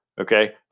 Okay